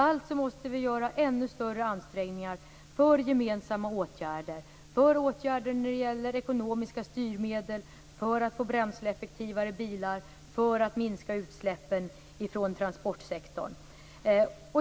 Vi måste alltså göra ännu större ansträngningar vad beträffar gemensamma åtgärder när det gäller ekonomiska styrmedel för att få bränseleffektivare bilar, så att vi kan minska utsläppen från transportsektorn.